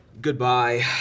Goodbye